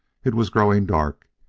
it was growing dark,